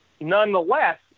nonetheless